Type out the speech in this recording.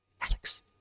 Alex